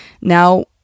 Now